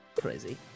Crazy